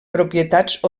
propietats